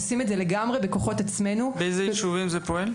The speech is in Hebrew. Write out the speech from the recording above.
עושים את זה לגמרי בכוחות עצמנו --- באיזה יישובים זה פועל?